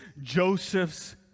Joseph's